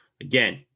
again